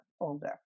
older